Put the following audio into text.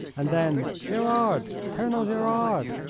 and then gerard! colonel gerard!